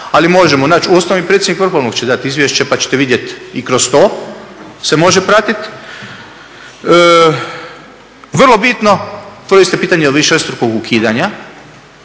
ali možemo naći. U osnovi predsjednik Vrhovnog će dati izvješće pa ćete vidjeti i kroz to se može pratiti. Vrlo bitno, otvorili ste pitanje višestrukog ukidanja.